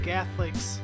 Catholics